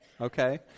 okay